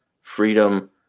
freedom